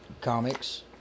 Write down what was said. comics